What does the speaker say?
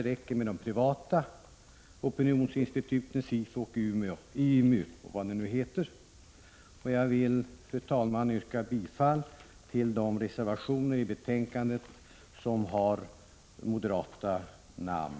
Det räcker med de privata opinionsinstituten, Sifo, IMU och vad de nu heter. Jag vill, fru talman, yrka bifall till de reservationer i betänkandet som har moderata namn.